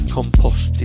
Compost